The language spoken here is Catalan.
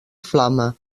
flama